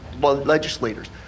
legislators